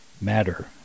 matter